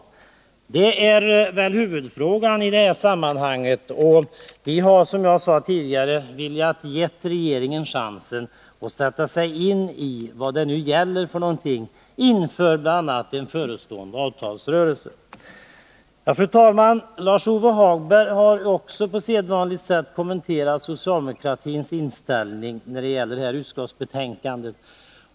Det är huvudfrågan i det här sammanhanget. Vi har, som jag sade tidigare, velat ge regeringen chansen att inför den förestående avtalsrörelsen sätta sig in i vad den gäller. Fru talman! Lars-Ove Hagberg har också på sedvanligt sätt kommenterat socialdemokratins inställning till utskottsbetänkandet.